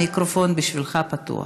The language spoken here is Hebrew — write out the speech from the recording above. המיקרופון פתוח